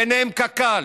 ובהם קק"ל.